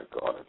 God